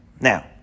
Now